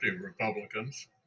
Republicans